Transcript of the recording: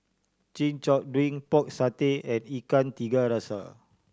Chin Chow drink Pork Satay and Ikan Tiga Rasa